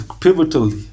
pivotal